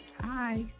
Hi